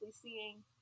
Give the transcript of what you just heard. seeing